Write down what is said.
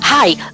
Hi